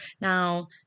Now